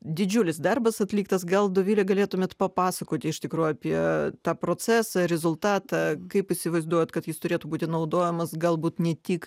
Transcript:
didžiulis darbas atliktas gal dovile galėtumėt papasakoti iš tikrųjų apie tą procesą rezultatą kaip įsivaizduojat kad jis turėtų būti naudojamas galbūt ne tik